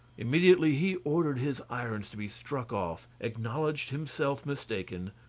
immediately he ordered his irons to be struck off, acknowledged himself mistaken,